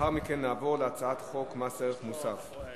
לאחר מכן נעבור להצעת חוק מס ערך מוסף.